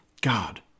God